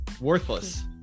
worthless